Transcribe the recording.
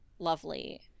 lovely